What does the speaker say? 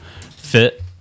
fit